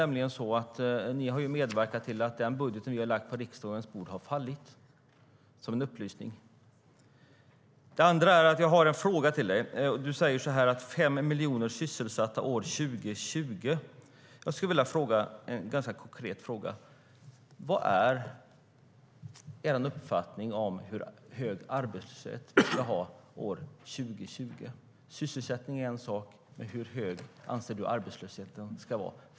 Men ni har medverkat till att den budget som vi har lagt på riksdagens bord har fallit - som en upplysning. Jag har en konkret fråga till dig. Du talar om fem miljoner sysselsatta år 2020. Vad är er uppfattning om hur hög arbetslöshet vi ska ha år 2020? Sysselsättning är en sak, men hur hög anser du att arbetslösheten ska vara?